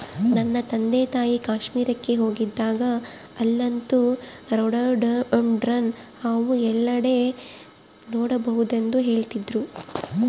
ನನ್ನ ತಂದೆತಾಯಿ ಕಾಶ್ಮೀರಕ್ಕೆ ಹೋಗಿದ್ದಾಗ ಅಲ್ಲಂತೂ ರೋಡೋಡೆಂಡ್ರಾನ್ ಹೂವು ಎಲ್ಲೆಡೆ ನೋಡಬಹುದೆಂದು ಹೇಳ್ತಿದ್ರು